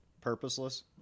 purposeless